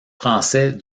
français